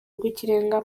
rw’ikirenga